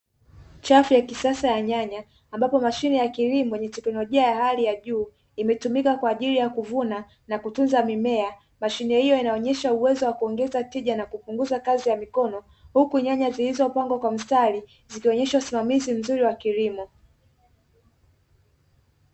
Chafu ya kisasa ya nyanya ambapo mashine ya kilimo yenye teknolojia ya hali ya juu imetumika kwa ajili ya kuvuna na kutunza mimea, mashine inaonesha uwezo wa kuongeza tija na kupunguza kazi ya mikono; huku nyanya zilizopangwa kwa mstari zikionesha usimamizi mzuri wa kilimo.